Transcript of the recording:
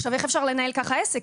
עכשיו, איך אפשר לנהל ככה עסק?